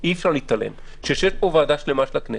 יתחילו פה קצת.